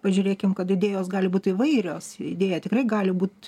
pažiūrėkim kad idėjos gali būt įvairios idėja tikrai gali būt